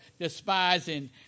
despising